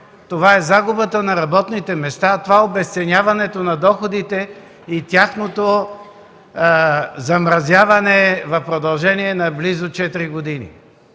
ток, загубата на работните места, обезценяването на доходите и тяхното замразяване в продължение на близо 4 години.